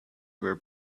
were